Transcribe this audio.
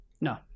No